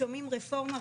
שומעים רפורמה,